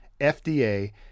FDA